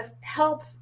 help